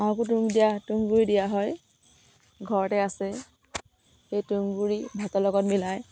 হাঁহকো তুঁহ দিয়া তুঁহগুৰি দিয়া হয় ঘৰতে আছে সেই তুঁহগুৰি ভাতৰ লগত মিলাই